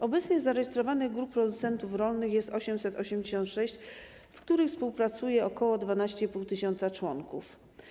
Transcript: Obecnie zarejestrowanych grup producentów rolnych jest 886, w których współpracuje ok. 12,5 tys. członków.